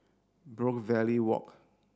Brookvale Walk